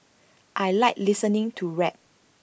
I Like listening to rap